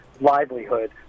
livelihood